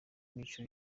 mico